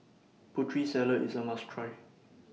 Putri Salad IS A must Try